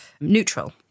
neutral